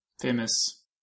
famous